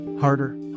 harder